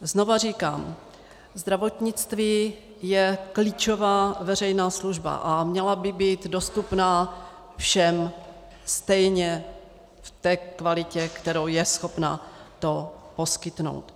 Znova říkám, zdravotnictví je klíčová veřejná služba a měla by být dostupná všem stejně v té kvalitě, kterou je schopna poskytnout.